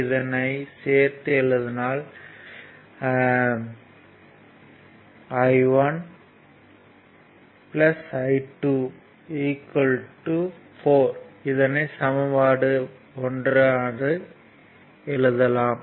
இதனை சேர்த்து எழுதினால் I1 I2 4 என கிடைக்கும்